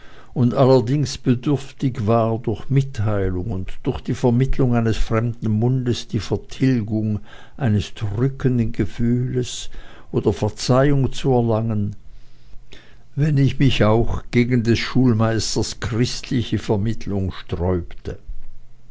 und allerdings bedürftig war durch mitteilung und durch die vermittlung eines fremden mundes die vertilgung eines drückenden gefühles oder verzeihung zu erlangen wenn ich mich auch gegen des schulmeisters christliche vermittlung sträubte